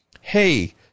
Hey